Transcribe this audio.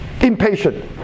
impatient